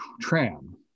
tram